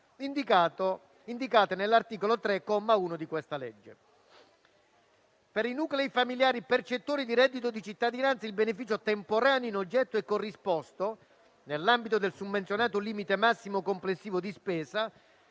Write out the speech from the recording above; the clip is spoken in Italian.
familiare, indicate nell'articolo 3, comma 1, di questa legge. Per i nuclei familiari percettori di reddito di cittadinanza, il beneficio temporaneo in oggetto è corrisposto nell'ambito del summenzionato limite massimo complessivo di spesa